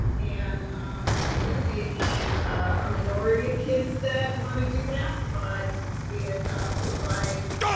and um it may be a minority of kids that want to do that, but it provides